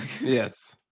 Yes